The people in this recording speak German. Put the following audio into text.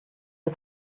des